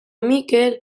mikel